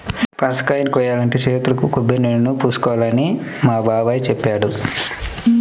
పనసకాయని కోయాలంటే చేతులకు కొబ్బరినూనెని పూసుకోవాలని మా బాబాయ్ చెప్పాడు